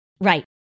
Right